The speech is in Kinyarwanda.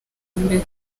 mbere